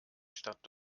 stadt